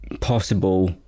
possible